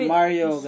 Mario